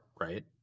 right